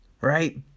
right